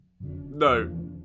No